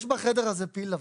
יש בחדר הזה פיל לבן.